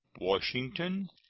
washington,